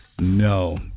No